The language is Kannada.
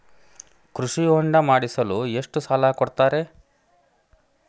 ಕೃಷಿ ಹೊಂಡ ಮಾಡಿಸಲು ಎಷ್ಟು ಸಾಲ ಕೊಡ್ತಾರೆ?